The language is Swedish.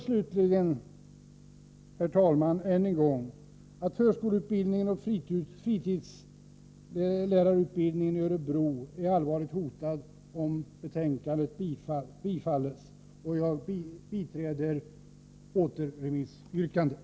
Slutligen, herr talman, bedömer jag att förskollärarutbildningen och fritidslärarutbildningen i Örebro är allvarligt hotade om utskottets förslag bifalles. Jag biträder återremissyrkandet.